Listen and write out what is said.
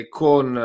con